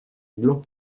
blanc